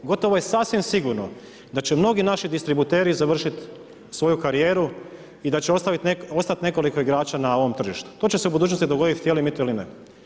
Gotovo je sasvim sigurno da će mnogi naši distributeri završit svoju karijeru i da će ostati nekoliko igrača na ovom tržištu. to će se u budućnosti dogoditi, htjeli mi to ili ne.